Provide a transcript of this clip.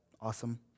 awesome